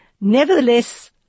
Nevertheless